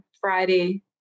Friday